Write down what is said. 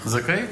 זכאית.